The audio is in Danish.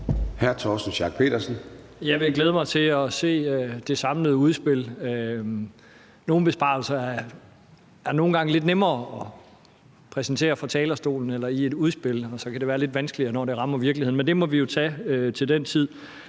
vil glæde mig til at se det samlede udspil. Nogle besparelser er nogle gange lidt nemmere at præsentere fra talerstolen eller i et udspil, og så kan det være lidt vanskeligere, når det rammer virkeligheden. Men det må vi jo tage til den tid.